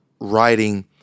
writing